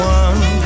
one